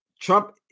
Trump